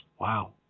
Wow